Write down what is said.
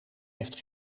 heeft